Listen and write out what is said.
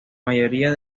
mayoría